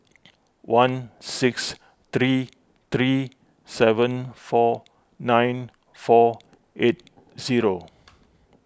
one six three three seven four nine four eight zero